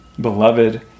beloved